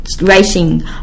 racing